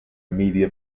media